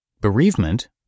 bereavement